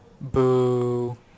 boo